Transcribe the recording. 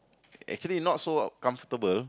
actually not so comfortable